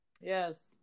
Yes